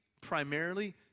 primarily